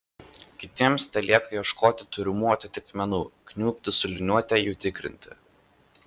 kitiems telieka ieškoti turimų atitikmenų kniubti su liniuote jų tikrinti